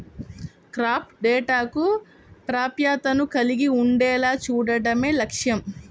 crop డేటాకు ప్రాప్యతను కలిగి ఉండేలా చూడడమే లక్ష్యం